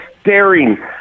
staring